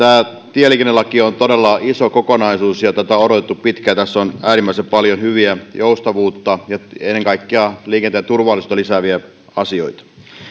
tieliikennelaki on todella iso kokonaisuus ja tätä on odotettu pitkään tässä on äärimmäisen paljon hyviä joustavuutta ja ennen kaikkea liikenteen turvallisuutta lisääviä asioita